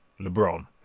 LeBron